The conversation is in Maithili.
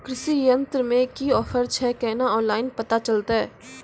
कृषि यंत्र मे की ऑफर छै केना ऑनलाइन पता चलतै?